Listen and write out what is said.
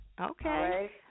Okay